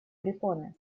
препоны